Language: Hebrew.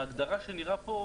בהגדרה שנראה פה,